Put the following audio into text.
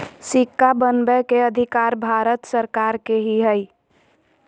सिक्का बनबै के अधिकार भारत सरकार के ही हइ